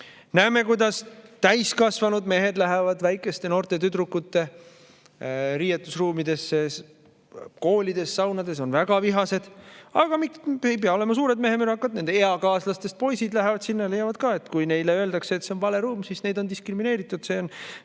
Näeme, kuidas täiskasvanud mehed lähevad väikeste, noorte tüdrukute riietusruumidesse koolis või saunas ning on väga vihased. Aga ei pea olema suured mehemürakad. [Tüdrukute] eakaaslastest poisid lähevad sinna ja leiavad ka, et kui neile öeldakse, et see on vale ruum, siis neid on diskrimineeritud.